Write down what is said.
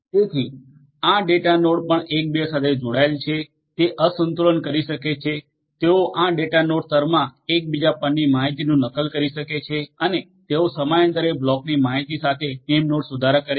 તેથી આ ડેટાનોડ પણ એકબીજા સાથે જોડાયેલા છે તે અસંતુલન કરી શકે છે તેઓ આ ડેટાનોડ સ્તરમાં એકબીજા પરની માહિતીની નકલ કરી શકે છે અને તેઓ સમયાંતરે બ્લોકની માહિતી સાથે નેમનાોડ સુધારો કરે છે